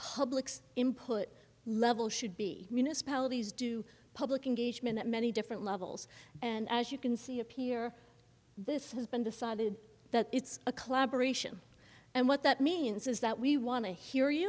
public's input level should be municipalities do public englishman at many different levels and as you can see appear this has been decided that it's a collaboration and what that means is that we want to hear y